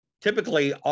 typically